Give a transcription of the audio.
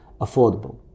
affordable